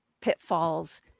pitfalls